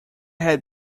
had